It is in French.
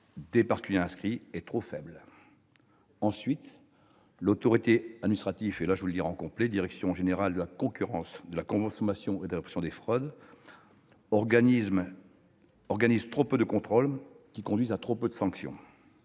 des particuliers inscrits, est trop faible. Ensuite, l'autorité administrative, la direction générale de la concurrence, de la consommation et de la répression des fraudes, organise trop peu de contrôles, et ceux-ci conduisent à trop peu de sanctions.